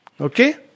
Okay